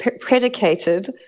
predicated